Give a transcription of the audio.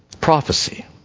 prophecy